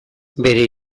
bere